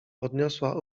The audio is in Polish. podniosła